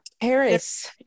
harris